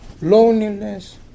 loneliness